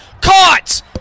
Caught